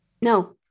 No